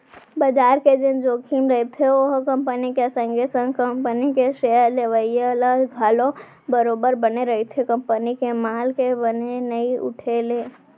बजार के जेन जोखिम रहिथे ओहा कंपनी के संगे संग कंपनी के सेयर लेवइया ल घलौ बरोबर बने रहिथे कंपनी के माल के बने नइ उठे ले